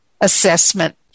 assessment